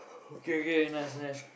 okay okay nice nice